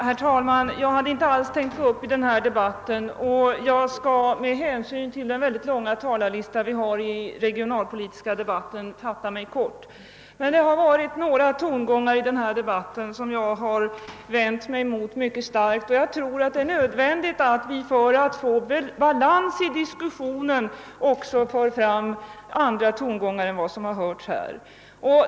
Herr talman! Jag hade inte alls tänkt delta i den här debatten. Jag skall med hänsyn till den långa talarlista vi har till den regionalpolitiska debatten fatta mig kort, men jag måste starkt vända mig mot några uttalanden som har gjorts här. Jag tror det är nödvändigt för att vi skall få balans i diskussionen att det kommer fram också andra tongångar än som hittills har hörts.